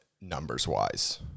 numbers-wise